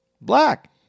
black